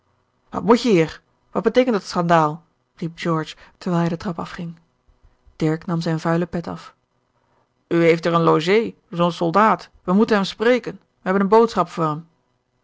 wat moet je hier wat beteekent dat schandaal riep george terwijl hij den trap afging george een ongeluksvogel dirk nam zijn vuilen pet af u heeft hier een logé zoo'n soldaat we moeten hem spreken we hebben eene boodschap voor hem